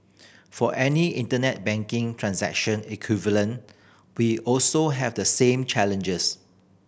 for any Internet banking transaction equivalent we also have the same challenges